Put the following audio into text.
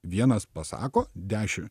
vienas pasako deši